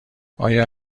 آیا